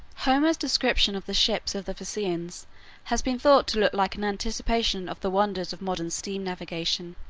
homer's description of the ships of the phaeacians has been thought to look like an anticipation of the wonders of modern steam navigation.